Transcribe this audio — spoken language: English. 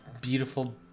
beautiful